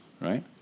right